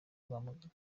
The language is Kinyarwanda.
rwamagana